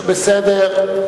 בסדר.